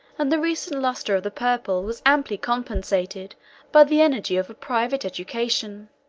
and the recent lustre of the purple was amply compensated by the energy of a private education.